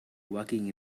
walking